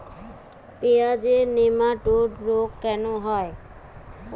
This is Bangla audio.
পেঁয়াজের নেমাটোড রোগ কেন হয়?